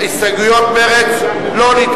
ההסתייגות של קבוצת מרצ לסעיף 40,